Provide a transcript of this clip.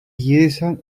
γύρισαν